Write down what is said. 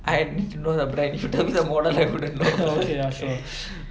I need to know the brand you tell me the model I wouldn't know